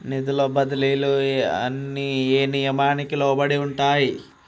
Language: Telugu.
నిధుల బదిలీలు అన్ని ఏ నియామకానికి లోబడి ఉంటాయి?